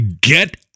Get